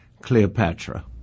Cleopatra